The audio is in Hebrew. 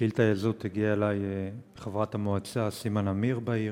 השאילתה הזאת הגיעה אלי מחברת המועצה סימה נמיר בעיר.